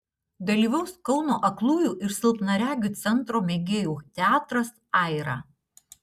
dalyvaus kauno aklųjų ir silpnaregių centro mėgėjų teatras aira